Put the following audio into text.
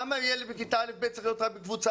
למה ילד בכיתה א'-ב' צריך להיות רק בקבוצה